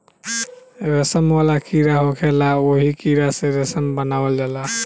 रेशम वाला कीड़ा होखेला ओही कीड़ा से रेशम बनावल जाला